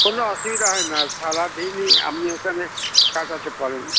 কোনো অসুবিধা হয় না সারা দিনই আপনি ওখানে কাটাতে পারেন